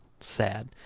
Sad